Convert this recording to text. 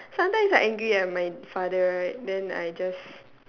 sometimes I angry at my father right then I just